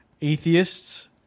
atheists